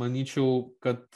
manyčiau kad